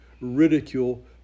ridicule